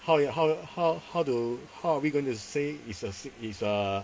how how how how do how are we going to say is a sick is err